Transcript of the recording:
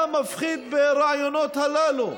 מה מפחיד ברעיונות הללו?